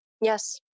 Yes